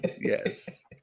Yes